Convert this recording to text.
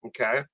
Okay